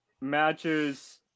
matches